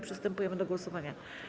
Przystępujemy do głosowania.